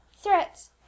threats